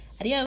Adios